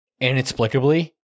inexplicably